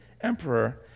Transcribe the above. emperor